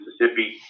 Mississippi